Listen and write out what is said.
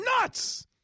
nuts